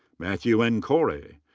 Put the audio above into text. matthew n. korey.